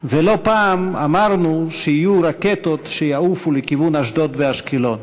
ולא פעם אמרנו שיעופו רקטות לכיוון אשדוד ואשקלון,